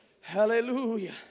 Hallelujah